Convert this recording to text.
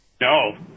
No